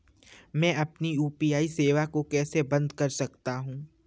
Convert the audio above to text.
मैं अपनी यू.पी.आई सेवा को कैसे बंद कर सकता हूँ?